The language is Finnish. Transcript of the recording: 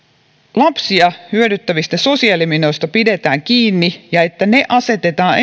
lapsia hyödyttävistä sosiaalimenoista pidetään kiinni ja että ne asetetaan